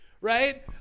right